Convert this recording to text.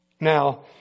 Now